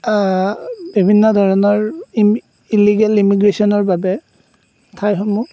বিভিন্ন ধৰণৰ ইল্লিগেল ইম্মিগ্ৰেশ্যনৰ বাবে ঠাইসমূহ